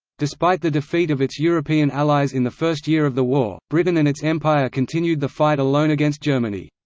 despite the defeat of its european allies in the first year of the war, britain and its empire continued the fight alone against germany.